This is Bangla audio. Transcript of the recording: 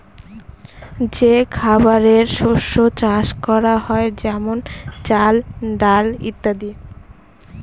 যে খাবারের শস্য চাষ করা হয় যেমন চাল, ডাল ইত্যাদি